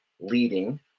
leading